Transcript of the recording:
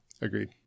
Agreed